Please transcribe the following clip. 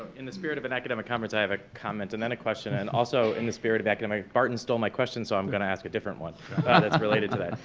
in the spirit of an academic conference, i have a comment and then a question, and also, in the spirit of academic, barton stole my question, so i'm gonna ask a different one that's related to that.